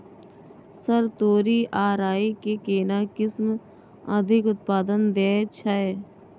Sir तोरी आ राई के केना किस्म अधिक उत्पादन दैय छैय?